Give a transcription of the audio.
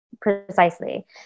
Precisely